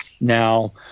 Now